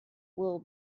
will